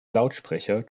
lautsprecher